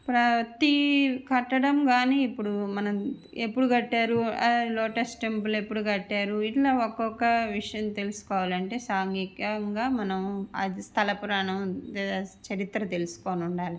ప్రతీ కట్టడం కానీ ఇప్పుడు మనం ఎప్పుడు కట్టారు ఆ లోటస్ టెంపుల్ ఎప్పుడు కట్టారు ఇట్లా ఒక్కొక్క విషయం తెలుసుకోవాలి అంటే సాంఘీకంగా మనము ఆ స్థల పురాణం చరిత్ర తెలుసుకొని ఉండాలి